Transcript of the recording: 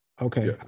Okay